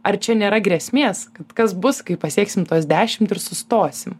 ar čia nėra grėsmės kad kas bus kai pasieksim tuos dešimt ir sustosim